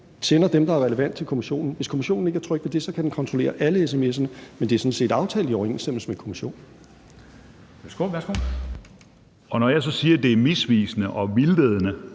sender dem, der er relevante, til kommissionen. Hvis kommissionen ikke er tryg ved det, kan den kontrollere alle sms'erne. Men det er sådan set aftalt i overensstemmelse med kommissionen. Kl. 15:14 Formanden (Henrik Dam Kristensen): Peter